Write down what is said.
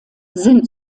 sind